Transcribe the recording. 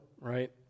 right